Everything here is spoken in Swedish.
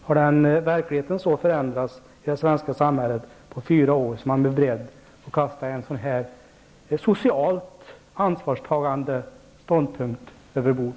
Har verkligheten i det svenska samhället förändrats så på fyra år att centern nu är beredd att kasta en sådan här socialt ansvarstagande ståndpunkt över bord?